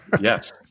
Yes